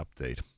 update